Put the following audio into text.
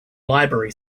library